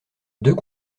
deux